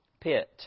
pit